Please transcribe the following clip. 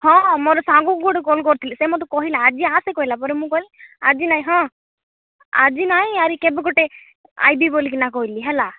ହଁ ମୋର ସାଙ୍ଗକୁ ଗୋଟେ କଲ୍ କରିଥିଲି ସେ ମୋତେ କହିଲା ଆଜି ଆସ ପରା କହିଲା ମୁଁ କହିଲି ଆଜି ନାଇଁ ହଁ ଆଜି ନାଇଁ ଆଉରି କେବେ ଗୋଟେ ଆଇବି ବୋଲି କିନା କହିଲି ହେଲା